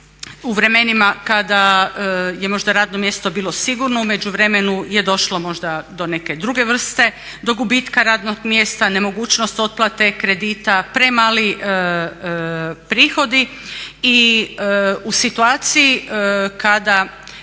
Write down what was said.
u vremenima kada je možda radno mjesto bilo sigurno, u međuvremenu je došlo možda do neke druge vrste, do gubitka radnog mjesta, nemogućnost otplate kredita, premali prihodi. I u situaciji kada,